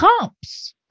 comps